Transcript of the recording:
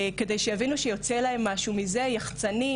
שיבינו יוצא להם מזה משהו יחצ"ני,